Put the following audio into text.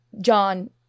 John